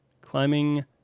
climbing